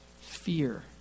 fear